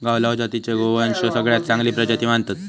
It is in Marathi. गावलाव जातीच्या गोवंशाक सगळ्यात चांगली प्रजाती मानतत